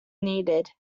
needed